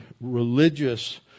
religious